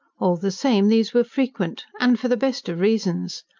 all the same these were frequent and for the best of reasons.